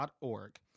.org